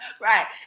Right